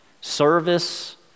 service